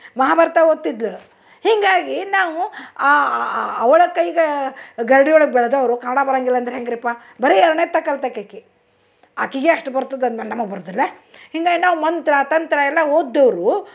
ಮಹಾಭಾರತ ಓದ್ತಿದ್ಲು ಹೀಗಾಗಿ ನಾವು ಅವಳ ಕೈಗೆ ಗರಡಿ ಒಳಗೆ ಬೆಳೆದವರು ಕನ್ನಡ ಬರೋಂಗಿಲ್ಲ ಅಂದ್ರೆ ಹೆಂಗೆ ರೀ ಪಾ ಬರೀ ಎರಡನೇ ತಕ್ ಕಲ್ತಾಕೆ ಆಕೆ ಆಕೆಗೇ ಅಷ್ಟು ಬರ್ತದೆ ಅಂದ ಮೇಲ್ ನಮಗೆ ಬರುದಿಲ್ಲ ಹಿಂಗಾಗ್ ನಾವು ಮಂತ್ರ ತಂತ್ರ ಎಲ್ಲ ಓದಿದವ್ರು